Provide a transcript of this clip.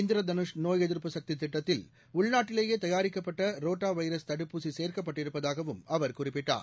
இந்திர தனுஷ் நோய் எதிர்ப்பு சக்தி திட்டத்தில் உள்நாட்டிலேயே தயாரிக்கப்பட்ட ரோட்டா வைரஸ் தடுப்பூசி சேர்க்கப்பட்டிருப்பதாகவும் அவர் குறிப்பிட்டார்